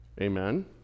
Amen